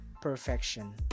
perfection